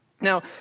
Now